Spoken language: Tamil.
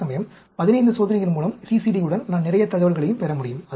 அதேசமயம் 15 சோதனைகள் மூலம் CCD உடன் நான் நிறைய தகவல்களையும் பெற முடியும்